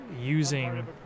Using